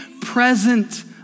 present